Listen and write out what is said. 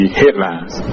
headlines